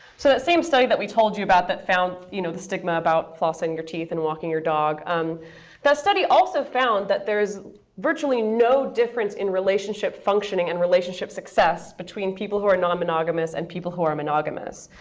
so that same study that we told you about that found you know the stigma about flossing your teeth and walking your dog um that study also found that there is virtually no difference in relationship functioning and relationship success success between people who are non-monogamous and people who are monogamous.